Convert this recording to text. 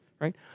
right